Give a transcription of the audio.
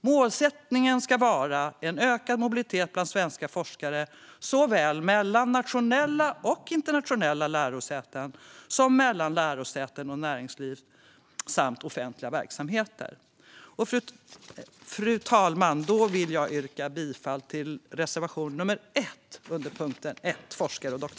Målsättningen ska vara en ökad mobilitet bland svenska forskare såväl mellan nationella och internationella lärosäten som mellan lärosäten och näringsliv samt offentliga verksamheter. Fru talman! Jag vill yrka bifall till reservation 1 under punkt 1.